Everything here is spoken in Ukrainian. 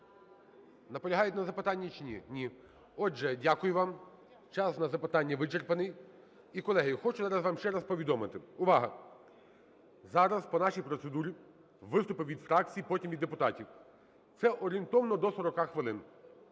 наполягаєте на запитання чи ні? Ні. Отже, дякую вам. Час на запитання вичерпаний. І, колеги, хочу зараз вам ще раз повідомити. Увага! Зараз по нашій процедурі виступи від фракцій, потім – від депутатів. Це орієнтовно до 40 хвилин.